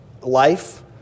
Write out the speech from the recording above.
life